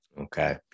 okay